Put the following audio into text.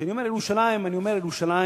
כשאני אומר ירושלים, אני אומר ירושלים